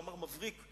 מאמר מבריק,